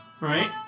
right